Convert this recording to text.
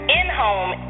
in-home